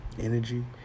energy